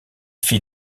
fit